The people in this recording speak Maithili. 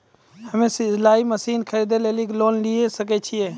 हम्मे सिलाई मसीन खरीदे लेली लोन लिये सकय छियै?